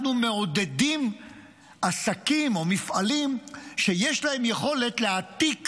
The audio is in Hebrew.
אנחנו מעודדים עסקים או מפעלים שיש להם יכולת להעתיק